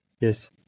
Yes